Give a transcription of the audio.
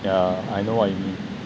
yeah I know what you mean